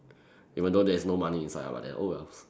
even though there's no money inside lah but then oh well